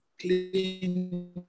Clean